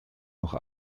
noch